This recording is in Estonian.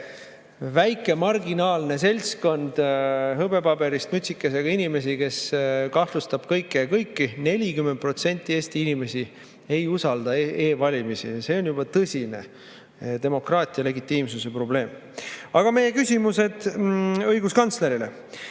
väike marginaalne seltskond hõbepaberist mütsikesega inimesi, kes kahtlustavad kõike ja kõiki. 40% Eesti inimesi ei usalda e-valimisi ja see on juba tõsine demokraatia legitiimsuse probleem. Aga meie küsimused õiguskantslerile.